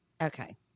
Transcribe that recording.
Okay